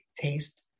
taste